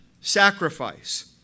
sacrifice